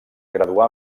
graduà